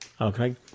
Okay